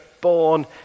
born